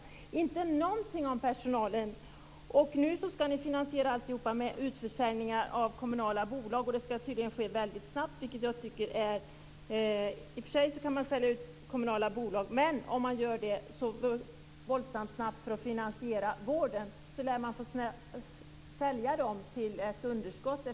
Däremot fanns inte någonting till personalen. Nu skall allt finansieras med hjälp av utförsäljning av kommunala bolag. Det skall tydligen ske snabbt. I och för sig kan kommunala bolag säljas ut. Men om utförsäljningen skall ske snabbt för att finansiera vården, lär man få sälja bolagen till ett underskott.